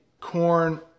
corn